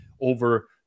over